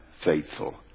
faithful